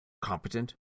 competent